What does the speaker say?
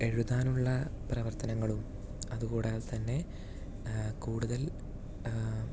എഴുതാനുള്ള പ്രവർത്തനങ്ങളും അതുകൂടാതെ തന്നെ കൂടുതൽ